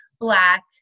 black